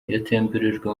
yatemberejwe